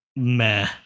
Meh